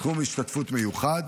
סכום השתתפות מיוחד,